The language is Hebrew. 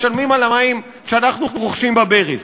משלמים על המים שאנחנו רוכשים בברז.